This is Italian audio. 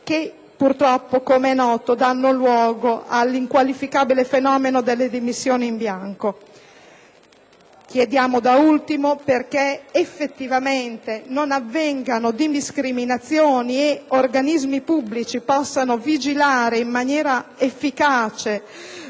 che purtroppo - com'è noto - danno luogo all'inqualificabile fenomeno delle dimissioni in bianco. Da ultimo, con lo scopo che effettivamente non avvengano discriminazioni ed organismi pubblici possano vigilare in maniera efficace